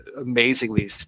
amazingly